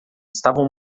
estavam